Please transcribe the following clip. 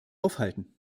aufhalten